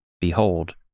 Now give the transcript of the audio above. Behold